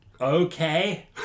okay